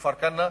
בכפר-כנא,